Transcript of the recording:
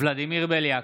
ולדימיר בליאק,